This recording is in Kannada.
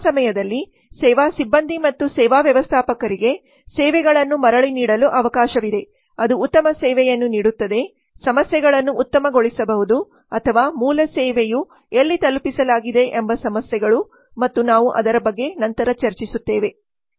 ಆ ಸಮಯದಲ್ಲಿ ಸೇವಾ ಸಿಬ್ಬಂದಿ ಮತ್ತು ಸೇವಾ ವ್ಯವಸ್ಥಾಪಕರಿಗೆ ಸೇವೆಗಳನ್ನು ಮರಳಿ ನೀಡಲು ಅವಕಾಶವಿದೆ ಅದು ಉತ್ತಮ ಸೇವೆಯನ್ನು ನೀಡುತ್ತದೆ ಸಮಸ್ಯೆಗಳನ್ನು ಉತ್ತಮಗೊಳಿಸಬಹುದು ಅಥವಾ ಮೂಲ ಸೇವೆಯ ಎಲ್ಲಿ ತಲುಪಿಸಲಾಗಿದೆ ಎಂಬ ಸಮಸ್ಯೆಗಳು ಮತ್ತು ನಾವು ಅದರ ಬಗ್ಗೆ ನಂತರ ಚರ್ಚಿಸುತ್ತೇವೆ ಪಾಠ